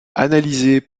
analysée